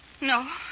No